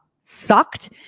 sucked